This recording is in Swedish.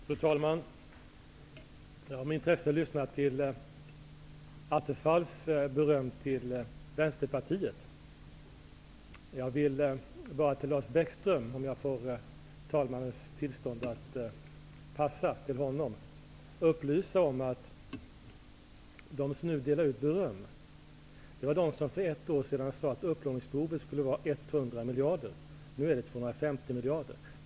Fru talman! Jag har med intresse lyssnat på Stefan Attefalls berömmande ord till Vänsterpartiet. Om jag får talmannens tillstånd att så att säga passa till Lars Bäckström vill jag upplysa om följande. De som nu delar ut beröm var de som för ett år sedan sade att upplåningsbehovet skulle gälla 100 miljarder. Nu är det 250 miljarder.